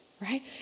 right